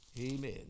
amen